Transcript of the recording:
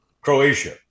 Croatia